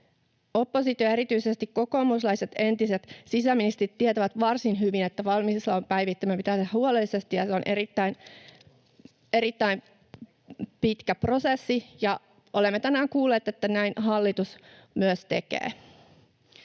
Oppositio ja erityisesti kokoomuslaiset entiset sisäministerit tietävät varsin hyvin, että valmiuslain päivittäminen pitää tehdä huolellisesti ja se on erittäin pitkä prosessi, ja olemme tänään kuulleet, että näin hallitus myös tekee.